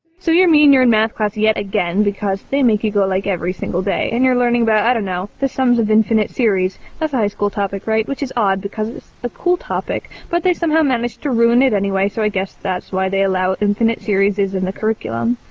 so you're me, and you're in math class yet again, because they make you go, like, every single day. and you're learning about, i don't know, the sums of infinite series. that's a high school topic, right? which is odd, because it's a cool topic, but they somehow manage to ruin it anyway. so i guess that's why they allow infinite series in the curriculum.